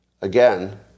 Again